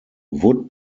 wood